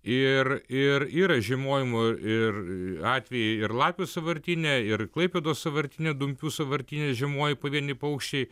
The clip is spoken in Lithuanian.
ir ir yra žiemojimo ir atvejai ir lapių sąvartyne ir klaipėdos sąvartyne dumpių sąvartyne žiemoja pavieni paukščiai